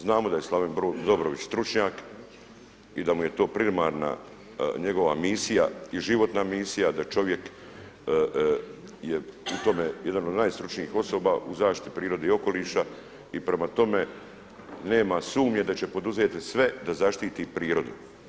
Znamo da je Slaven Dobrović stručnjak i da mu je to primarna njegova misija i životna misija da čovjek je u tome jedan od najstručnijih osoba u zaštiti prirode i okoliša i prema tome nema sumnje da će poduzeti sve da zaštiti prirodu.